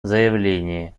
заявлении